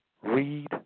read